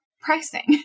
pricing